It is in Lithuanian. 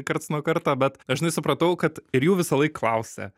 karts nuo karto bet aš žinai supratau kad ir jų visąlaik klausia